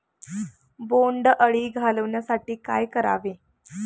बोंडअळी घालवण्यासाठी काय करावे?